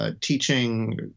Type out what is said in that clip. teaching